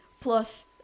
plus